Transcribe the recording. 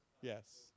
Yes